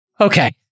Okay